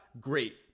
great